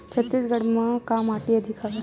छत्तीसगढ़ म का माटी अधिक हवे?